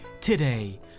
today